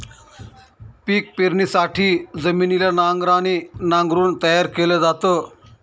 पिक पेरणीसाठी जमिनीला नांगराने नांगरून तयार केल जात